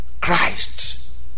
Christ